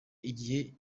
igihe